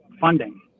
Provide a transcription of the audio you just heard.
funding